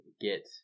get